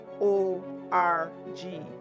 o-r-g